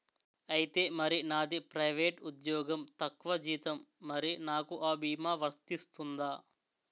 ఐతే మరి నాది ప్రైవేట్ ఉద్యోగం తక్కువ జీతం మరి నాకు అ భీమా వర్తిస్తుందా?